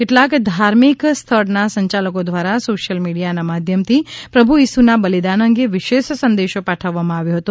કેટલાક ધાર્મિક સ્થળના સંચાલકો દ્વારા સોશીયલ મીડીયાના માધ્યમથી પ્રભુ ઈસુના બલિદાન અંગે વિશેષ સંદેશો પાઠવવામાં આવ્યો હતો